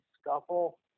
scuffle